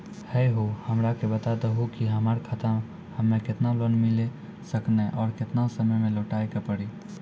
है हो हमरा के बता दहु की हमार खाता हम्मे केतना लोन मिल सकने और केतना समय मैं लौटाए के पड़ी?